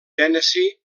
tennessee